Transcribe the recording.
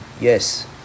Yes